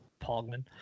Pogman